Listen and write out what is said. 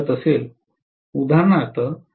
u मिळवत असेल उदाहरणार्थ